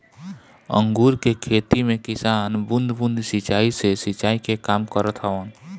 अंगूर के खेती में किसान बूंद बूंद सिंचाई से सिंचाई के काम करत हवन